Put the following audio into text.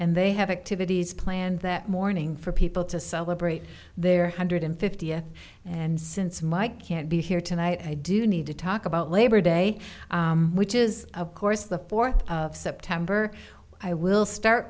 and they have activities planned that morning for people to celebrate their hundred fiftieth and since mike can't be here tonight i do need to talk about labor day which is of course the fourth of september i will start